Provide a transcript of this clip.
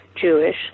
Jewish